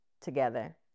together